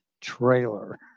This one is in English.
trailer